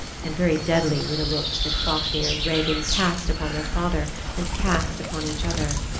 and very deadly were the looks that fafnir and regin cast upon their father and cast upon each other.